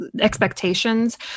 expectations